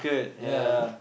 ya